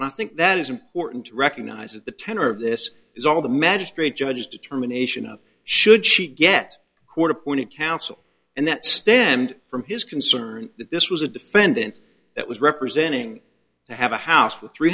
and i think that is important to recognize that the tenor of this is all the magistrate judge is determination of should she get court appointed counsel and that stand from his concern that this was a defendant that was representing to have a house with three